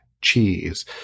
cheese